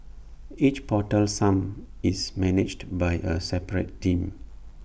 each portal sump is managed by A separate team